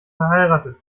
verheiratet